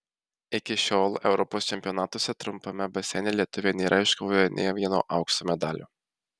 iki šiol europos čempionatuose trumpame baseine lietuviai nėra iškovoję nė vieno aukso medalio